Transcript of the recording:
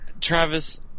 Travis